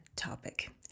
Topic